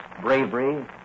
bravery